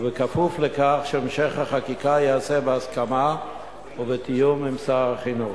ובכפוף לכך שהמשך החקיקה ייעשה בהסכמה ובתיאום עם שר החינוך.